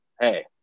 hey